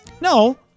No